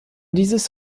dieses